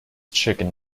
chicken